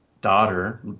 daughter